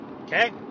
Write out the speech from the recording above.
Okay